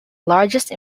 largest